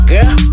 Girl